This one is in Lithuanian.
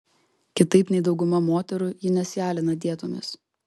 kitaip nei dauguma moterų ji nesialina dietomis